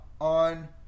on